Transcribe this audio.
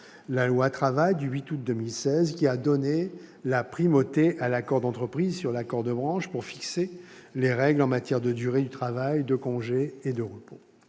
la loi Travail du 8 août 2016, qui a donné la primauté à l'accord d'entreprise sur l'accord de branche pour fixer les règles en matière de durée du travail, de congés et de repos.